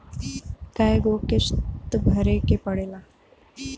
कय गो किस्त भरे के पड़ेला?